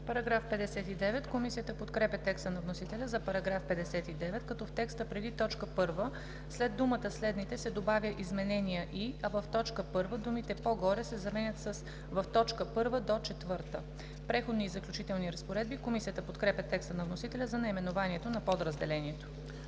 АНГЕЛОВА: Комисията подкрепя текста на вносителя за § 59, като в текста преди т. 1 след думата „следните“ се добавя „изменения и“, а в т. 1 думите „по-горе“ се заменят с „в т. 1 – 4“. „Преходни и заключителни разпоредби“. Комисията подкрепя текста на вносителя за наименованието на подразделението.